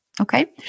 Okay